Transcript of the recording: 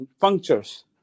punctures